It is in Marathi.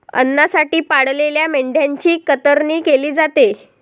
अन्नासाठी पाळलेल्या मेंढ्यांची कतरणी केली जाते